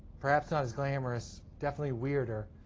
perhaps not as glamorous, definitely weirder.